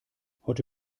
heute